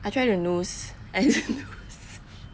I tried to noose I also don't